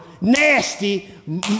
nasty